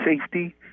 safety